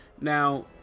Now